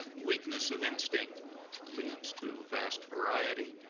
and weakness of instinct leads to vast variety,